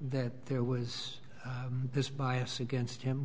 that there was this bias against him